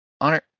honor